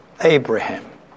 Abraham